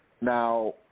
Now